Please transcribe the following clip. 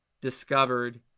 discovered